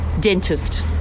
dentist